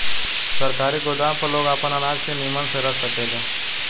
सरकारी गोदाम पर लोग आपन अनाज के निमन से रख सकेले